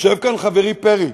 אדוני היושב-ראש,